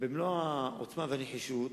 במלוא העוצמה והנחישות